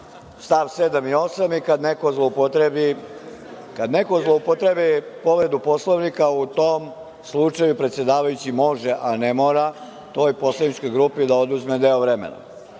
st. 7. i 8. Kad neko zloupotrebi povredu Poslovnika, u tom slučaju predsedavajući može, a ne mora, toj poslaničkoj grupi da oduzme deo vremena. Dakle,